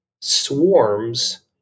swarms